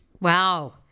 Wow